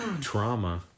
trauma